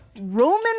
Roman